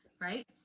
right